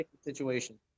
situation